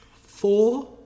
four